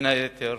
בין היתר